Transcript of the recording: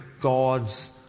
god's